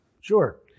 Sure